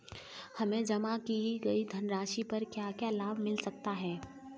हमें जमा की गई धनराशि पर क्या क्या लाभ मिल सकता है?